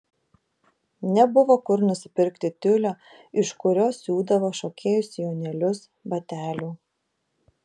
nebuvo kur nusipirkti tiulio iš kurio siūdavo šokėjų sijonėlius batelių